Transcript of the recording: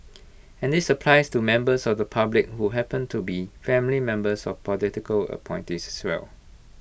and this applies to members of the public who happen to be family members of political appointees as well